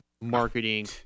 marketing